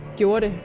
gjorde